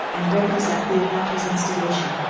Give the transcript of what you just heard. and doubtless at cleopatra's instigation,